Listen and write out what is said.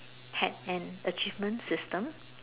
had an achievement system